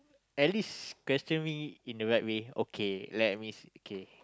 at least question me in the right way okay let me see kay